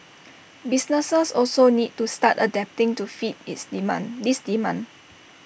businesses also need to start adapting to fit is demand this demand